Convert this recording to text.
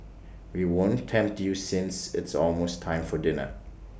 we won't tempt you since it's almost time for dinner